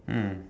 mm